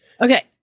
Okay